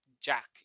Jack